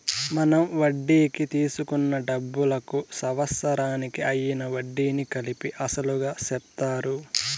మనం వడ్డీకి తీసుకున్న డబ్బులకు సంవత్సరానికి అయ్యిన వడ్డీని కలిపి అసలుగా చెప్తారు